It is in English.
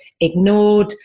ignored